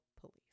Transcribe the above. Police